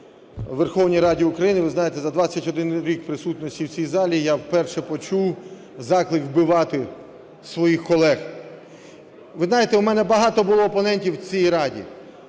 у Верховній Раді України. Ви знаєте, за 21 рік присутності в цій залі я вперше почув заклик вбивати своїх колег. Ви знаєте, у мене багато було опонентів в цій Раді,